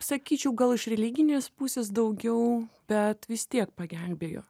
sakyčiau gal iš religinės pusės daugiau bet vis tiek pagelbėjo